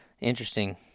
interesting